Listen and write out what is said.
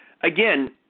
again